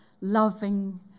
loving